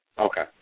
okay